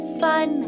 fun